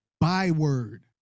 byword